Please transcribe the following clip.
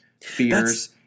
fears